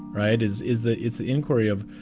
right. is is that it's the inquiry of,